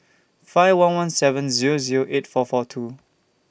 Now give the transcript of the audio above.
five one one seven Zero Zero eight four four two